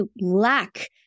lack